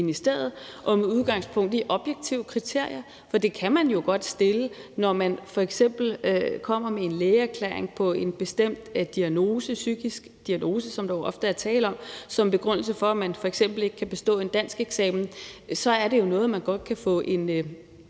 med udgangspunkt i objektive kriterier, for det kan man jo godt stille. Når man f.eks. kommer med en lægeerklæring på en bestemt psykisk diagnose, som der jo ofte er tale om som begrundelse for, at man f.eks. ikke kan bestå en danskeksamen, er det jo noget, man godt kan få en